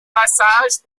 passage